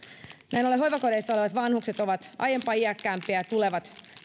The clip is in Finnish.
näin ollen hoivakodeissa olevat vanhukset ovat aiempaa iäkkäämpiä ja tulevat